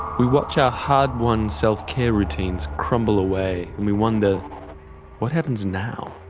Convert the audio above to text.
we watch our hard-won self-care routines crumble away and we wonder what happens now?